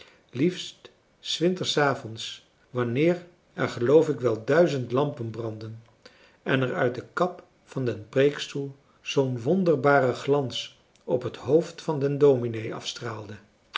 liefst s wintersavonds wanneer er geloof ik wel françois haverschmidt familie en kennissen duizend lampen brandden en er uit de kap van den preekstoel zoo'n wonderbare glans op het hoofd van den dominee afstraalde